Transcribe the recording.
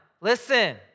Listen